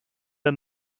the